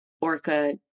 orca